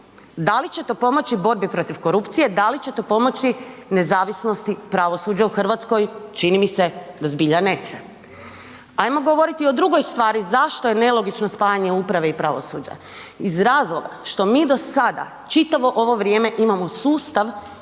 Da li će to pomoći borbi protiv korupcije, da li će to pomoći nezavisnosti pravosuđa u Hrvatskoj? Čini mi se da zbilja neće. Ajmo govoriti o drugoj stvari zašto je nelogično spajanje uprave i pravosuđa. Iz razloga što mi do sada čitavo ovo vrijeme imamo sustav